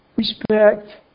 Respect